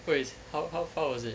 so it's how how far was it